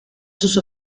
sus